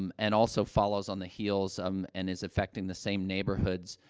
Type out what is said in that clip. um and also follows on the heels, um, and is affecting the same neighborhoods,